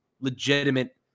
legitimate